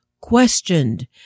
questioned